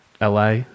LA